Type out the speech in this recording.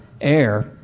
air